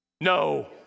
No